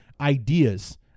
ideas